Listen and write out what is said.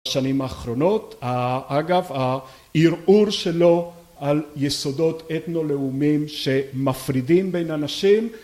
השנים האחרונות, אגב, הערעור שלו על יסודות אתנו-לאומים שמפרידים בין אנשים